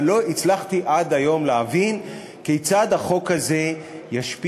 אבל לא הצלחתי עד היום להבין כיצד החוק הזה ישפיע